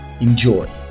Enjoy